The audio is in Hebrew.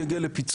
זה יגיע לפיצוץ,